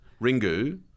Ringu